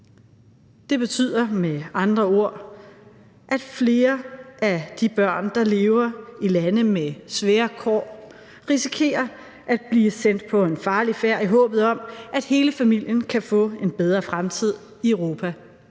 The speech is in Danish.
Det betyder med andre ord, at flere af de børn, der lever i lande med svære kår, risikerer at blive sendt på en farlig færd i håbet om, at hele familien kan få en bedre fremtid i Europa.